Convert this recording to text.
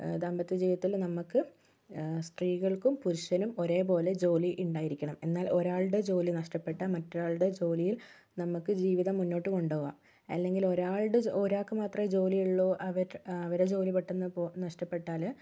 ദാമ്പത്യ ജീവിതത്തില് നമുക്ക് സ്ത്രീകൾക്കും പുരുഷനും ഒരേപോലെ ജോലി ഉണ്ടായിരിക്കണം എന്നാൽ ഒരാളുടെ ജോലി നഷ്ട്ടപ്പെട്ടാൽ മറ്റൊരാളുടെ ജോലിയിൽ നമുക്ക് ജീവിതം മുന്നോട്ട് കൊണ്ടുപോകാം അല്ലെങ്കിൽ ഒരാൾടെ ജോ ഒരാൾക്ക് മാത്രമേ ജോലിയുള്ളൂ അവര് അവരുടെ ജോലി പെട്ടെന്ന് പോ നഷ്ടപ്പെട്ടാല്